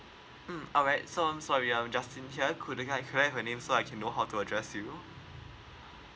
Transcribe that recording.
mm alright so I'm sorry I'm justin here could I could I have your name so I can know how to address you